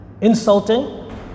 insulting